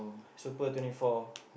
super twenty four